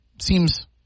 Seems